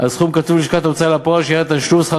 על סכום קצוב ללשכת ההוצאה לפועל שעניינה תשלום שכר